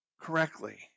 correctly